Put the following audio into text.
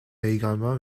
également